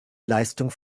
leistung